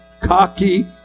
cocky